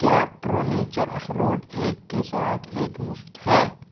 کیا Pro Nature اخروٹ ایک کے ساتھ ایک مفت ہے